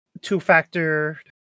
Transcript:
two-factor